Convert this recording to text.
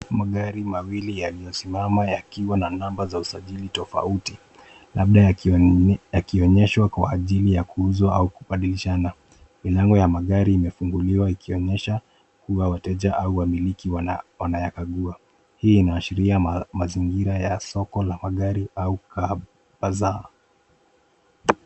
Magari mawili yaliosimama yakiwa na namba za usajili tafauti labda yakionyeshwa kwa ajili ya kuuzwa au kubalishana milango ya magari imefunguliwa ikionyesha kuwa wateja au wamiliki wanayakaukuwa. Hii inaashiria mazingira ya soko la magari au car bizzer .